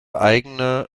eigene